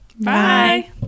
Bye